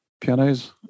pianos